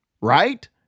right